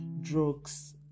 drugs